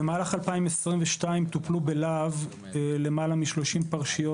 במהלך 2022 טופלו בלהב יותר מ-30 פרשיות